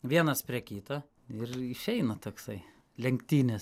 vienas prie kita ir išeina toksai lenktynės